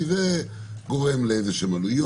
כי זה גורם לעלויות,